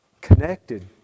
connected